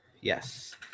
Yes